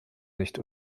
nicht